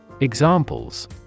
Examples